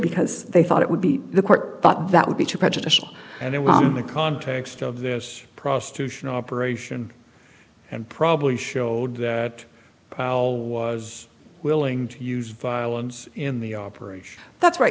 because they thought it would be the court but that would be too prejudicial and it was in the context of this prostitution operation and probably showed that powell was willing to use violence in the operation that's right